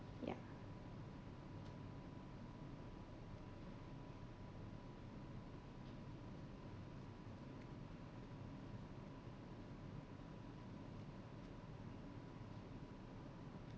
ya